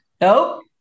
Nope